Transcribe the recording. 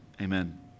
amen